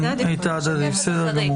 זה הדיפולט.